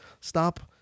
stop